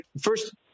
First